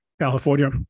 California